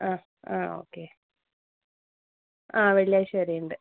ആ ആ ഓക്കെ ആ വെള്ളിയാഴ്ച വരെയുണ്ട്